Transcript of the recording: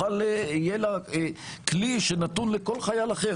יהיה לה כלי שנתון לכל חייל אחר.